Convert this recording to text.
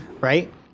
right